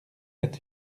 est